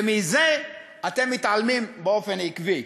ומזה אתם מתעלמים באופן עקבי.